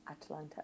atlanta